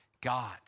God